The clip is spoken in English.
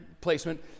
placement